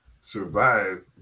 survive